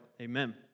Amen